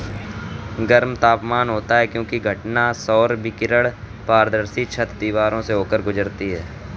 गर्म तापमान होता है क्योंकि घटना सौर विकिरण पारदर्शी छत, दीवारों से होकर गुजरती है